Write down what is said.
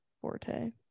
forte